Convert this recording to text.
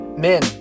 Men